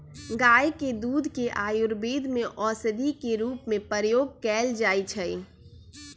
गाय के दूध के आयुर्वेद में औषधि के रूप में प्रयोग कएल जाइ छइ